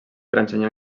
ensenyar